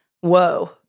Whoa